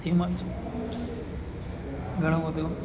તેમજ ઘણું બધું